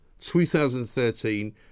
2013